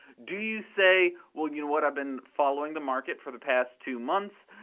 do you say, well you know what, i've been following the market for the past two months,